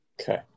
Okay